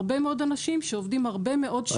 הרבה מאוד אנשים שעובדים הרבה מאוד שעות על התהליך הזה.